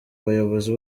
bayobozi